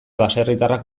baserritarrak